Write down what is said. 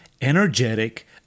energetic